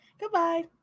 Goodbye